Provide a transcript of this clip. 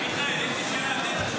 מיכאל, יש לי שאלה יותר חשובה.